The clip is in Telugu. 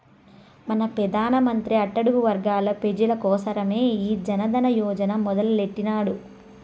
మన పెదానమంత్రి అట్టడుగు వర్గాల పేజీల కోసరమే ఈ జనదన యోజన మొదలెట్టిన్నాడు